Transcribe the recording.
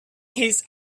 his